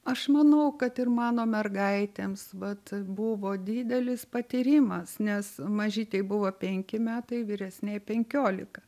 aš manau kad ir mano mergaitėms vat buvo didelis patyrimas nes mažytei buvo penki metai vyresnei penkiolika